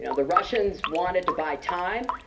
you know the russians wanted to buy time.